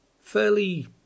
Fairly